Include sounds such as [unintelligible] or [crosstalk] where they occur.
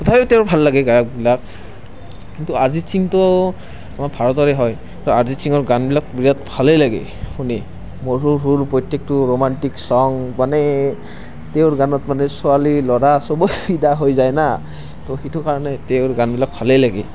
তথাপি তেওঁৰ ভাল লাগে গায়কবিলাক কিন্তু অৰিজিত সিঙটো আমাৰ ভাৰতৰে হয় তো অৰিজিত সিঙৰ গানবিলাক বিৰাট ভালেই লাগে শুনি [unintelligible] প্ৰত্যেকটো ৰোমান্তিক চং মানে তেওঁৰ গানত মানে ছোৱালী ল'ৰা সবেই ফিদা হৈ যায় না তো সেইটো কাৰণে তেওঁৰ গানবিলাক ভালেই লাগে